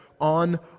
on